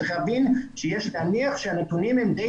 צריך להבין שיש להניח שהנתונים הם די